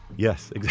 Yes